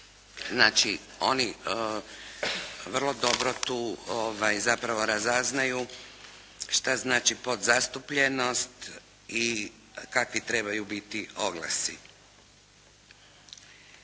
Znači oni vrlo dobro tu zapravo razaznaju šta znači podzastupljenost i kakvi trebaju biti oglasi.